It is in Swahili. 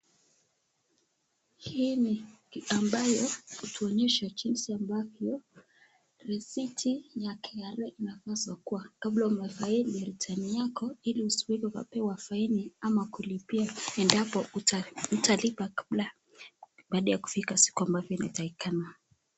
Hii ni ambayo hutuonyesha jinsi ambavyo risiti ya KRA inapaswa kuwa kabla ufaili return yako ili usije ukapewa faini ama kulipia endapo utalipa baada ya kufika siku ambavyo inatakikana.